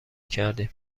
کردیم